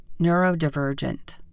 neurodivergent